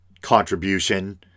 contribution